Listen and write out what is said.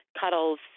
Cuddles